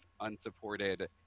unsupported